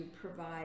provide